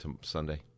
Sunday